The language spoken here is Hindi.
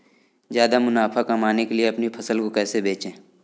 ज्यादा मुनाफा कमाने के लिए अपनी फसल को कैसे बेचें?